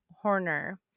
Horner